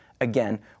Again